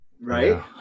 right